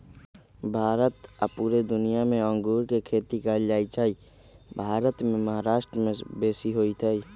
भारत आऽ पुरे दुनियाँ मे अङगुर के खेती कएल जाइ छइ भारत मे महाराष्ट्र में बेशी होई छै